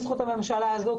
בזכות הממשלה הזאת,